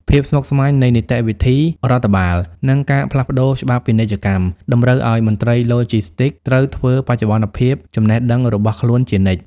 ភាពស្មុគស្មាញនៃនីតិវិធីរដ្ឋបាល និងការផ្លាស់ប្តូរច្បាប់ពាណិជ្ជកម្ម តម្រូវឱ្យមន្ត្រីឡូជីស្ទីកត្រូវធ្វើបច្ចុប្បន្នភាពចំណេះដឹងរបស់ខ្លួនជានិច្ច។